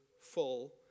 full